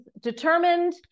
determined